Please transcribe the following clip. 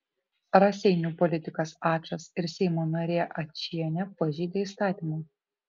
raseinių politikas ačas ir seimo narė ačienė pažeidė įstatymą